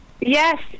Yes